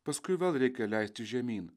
paskui vėl reikia leistis žemyn